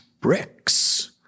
bricks